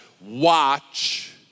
Watch